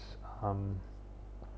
um